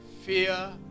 Fear